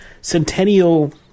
Centennial